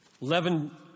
Eleven